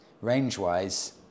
range-wise